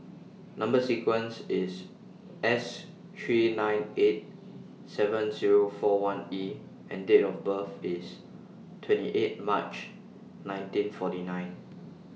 Number sequences IS S three nine eight seven Zero four one E and Date of birth IS twenty eight March nineteen forty nine